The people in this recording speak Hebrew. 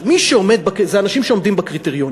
זה אנשים שעומדים בקריטריונים,